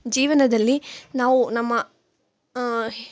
ಜೀವನದಲ್ಲಿ ನಾವು ನಮ್ಮ